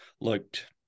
looked